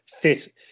fit